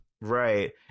right